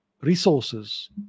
resources